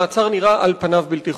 המעצר נראה, על פניו, בלתי חוקי.